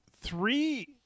three